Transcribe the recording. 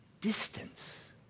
distance